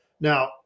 Now